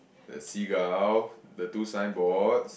the seagull the two signboard